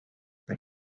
but